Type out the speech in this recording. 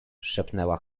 szepnęła